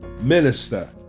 minister